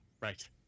Right